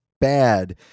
bad